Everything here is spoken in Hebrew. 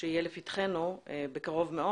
שיהיה לפתחנו בקרוב מאוד.